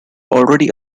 already